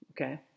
Okay